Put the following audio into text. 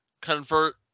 convert